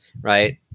Right